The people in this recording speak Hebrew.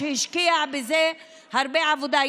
שהשקיע בזה הרבה עבודה.